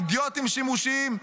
אידיוטים שימושיים,